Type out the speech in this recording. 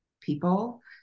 people